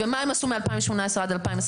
ומה הם עשו מ-2018 ועד 2021?